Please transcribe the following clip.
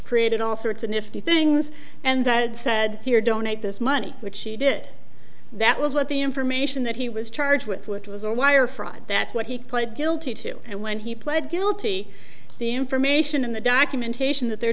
created all sorts of nifty things and that said here donate this money which he did that was what the information that he was charged with which was a wire fraud that's what he pled guilty to and when he pled guilty the information in the documentation that they